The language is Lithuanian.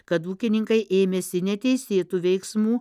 kad ūkininkai ėmėsi neteisėtų veiksmų